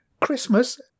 christmas